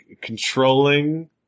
controlling